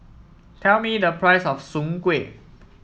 tell me the price of Soon Kuih